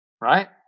right